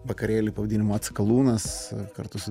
vakarėlį pavadinimu atskalūnas kartu su